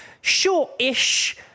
short-ish